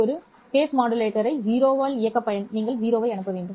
ஒரு கட்ட மாடுலேட்டர் 0 ஐ இயக்க நீங்கள் 0 ஐ அனுப்ப வேண்டும்